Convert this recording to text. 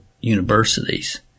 universities